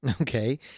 Okay